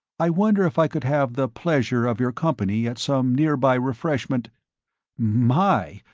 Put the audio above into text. i wonder if i could have the pleasure of your company at some nearby refreshment my,